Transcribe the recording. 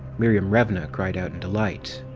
miriam revna cried out in delight.